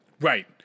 Right